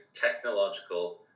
technological